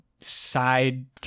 side